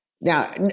now